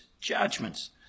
judgments